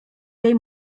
jej